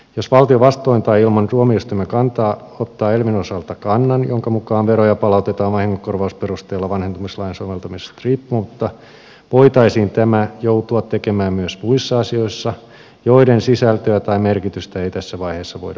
jos valtio vastoin tai ilman tuomioistuinten kantaa ottaa elvn osalta kannan jonka mukaan veroja palautetaan vahingonkorvausperusteella vanhentumislain soveltamisesta riippumatta voitaisiin tämä joutua tekemään myös muissa asioissa joiden sisältöä tai merkitystä ei tässä vaiheessa voida vielä ennakoida